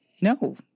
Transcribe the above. No